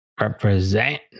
represent